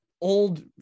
Old